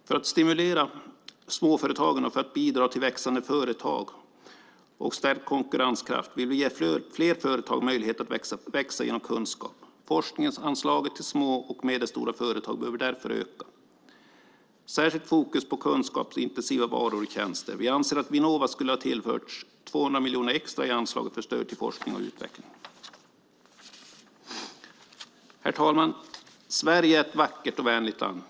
För att stimulera småföretagen och för att bidra till växande företag och stärkt konkurrenskraft vill vi ge fler företag möjlighet att växa genom kunskap. Forskningsanslaget till små och medelstora företag behöver därför öka. Särskilt fokus ska läggas på kunskapsintensiva varor och tjänster. Vi anser att Vinnova skulle ha tillförts 200 miljoner extra i anslaget för stöd till forskning och utveckling. Herr talman! Sverige är ett vackert och vänligt land.